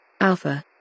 Alpha